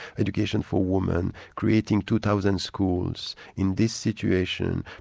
education for women, creating two thousand schools in this situation,